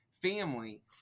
family